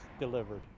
delivered